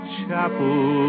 chapel